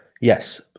Yes